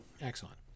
excellent